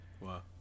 Wow